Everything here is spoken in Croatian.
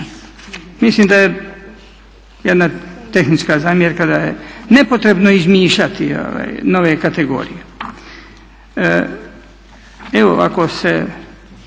Mislim da je jedna tehnička zamjerka da je nepotrebno izmišljati nove kategorije. Evo ako se